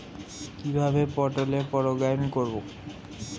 কিভাবে পটলের পরাগায়ন করব?